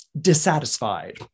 dissatisfied